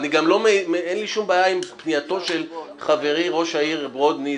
גם אין לי שום בעיה עם פנייתו של חברי ראש העיר ברודני,